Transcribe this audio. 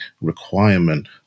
requirement